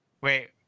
Wait